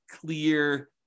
clear